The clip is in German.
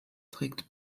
trägt